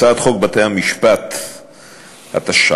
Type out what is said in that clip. הצעת חוק בתי-המשפט (תיקון,